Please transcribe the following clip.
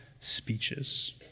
speeches